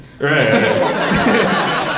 right